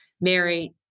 Mary